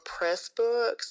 Pressbooks